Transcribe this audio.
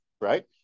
right